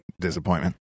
Disappointment